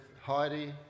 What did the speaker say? Heidi